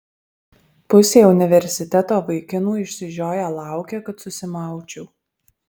pusė universiteto vaikinų išsižioję laukia kad susimaučiau